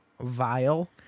vile